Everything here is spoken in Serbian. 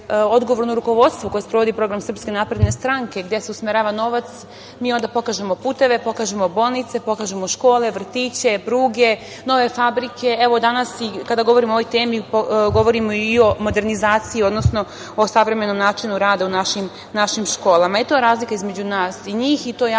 odgovorno rukovodstvo koje sprovodi program SNS gde se usmerava novac, mi onda pokažemo puteve, pokažemo bolnice, pokažemo škole, vrtiće, pruge, nove fabrike. Danas, kada govorimo ovoj temi, govorimo i o modernizaciji, o savremenom načinu rada u našim školama. To je razlika između nas i njih, i to